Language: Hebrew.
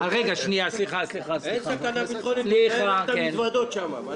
אין סכנה ביטחונית, --- את המזוודות שם, מה זה.